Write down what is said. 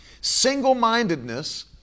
single-mindedness